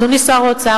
אדוני שר האוצר,